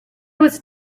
was